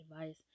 advice